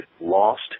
lost